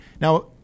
Now